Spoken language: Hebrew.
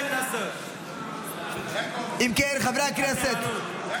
חברי הכנסת,